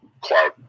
cloud